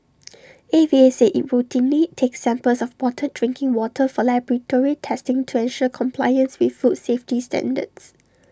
A V A said IT routinely takes samples of bottled drinking water for laboratory testing to ensure compliance with food safety standards